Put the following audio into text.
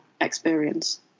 experience